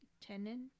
Tenant